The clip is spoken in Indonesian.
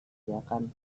kerjakan